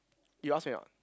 you ask already not